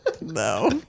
No